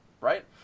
Right